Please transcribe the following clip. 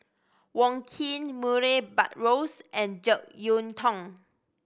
Wong Keen Murray Buttrose and Jek Yeun Thong